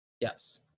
yes